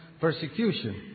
persecution